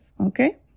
okay